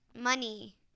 money